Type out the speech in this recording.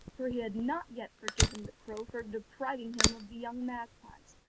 for he had not yet forgiven the crow for depriving him of the young magpies,